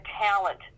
talent